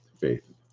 faith